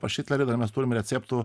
pas šitlerį dar mes turim receptų